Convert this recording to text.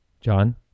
John